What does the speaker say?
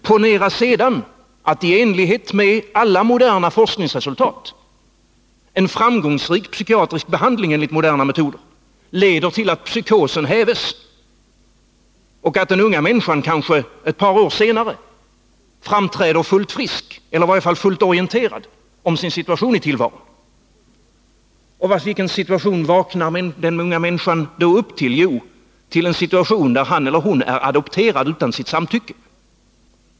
Ponera sedan att i enlighet med alla moderna forskningsresultat en framgångsrik psykiatrisk behandling med moderna metoder leder till att psykosen hävs och att den unga människan kanske ett par år senare framträder fullt frisk — eller i varje fall fullt orienterad om sin situation i tillvaron. Och vilken situation vaknar den unga människan då upp till? Jo, till en situation där han eller hon är adopterad utan sitt samtycke.